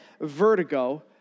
vertigo